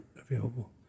available